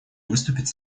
выступить